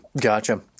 Gotcha